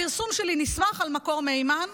הפרסום שלי נסמך על מקור מהימן,